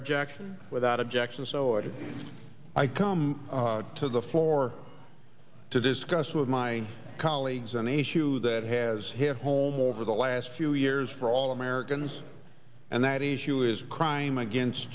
objection without objection so if i come to the floor to discuss with my colleagues an issue that has hit home over the last few years for all americans and that issue is a crime against